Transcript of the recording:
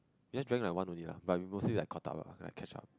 we just drank like one only lah but we mostly like caught up lah like catch up